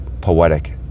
poetic